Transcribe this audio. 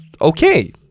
okay